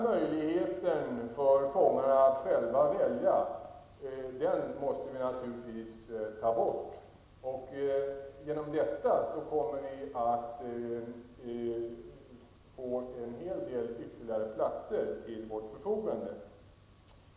Möjligheten för fångarna att själva välja måste vi naturligtvis ta bort, och i och med det kommer vi att få en hel del ytterligare platser till vårt förfogande.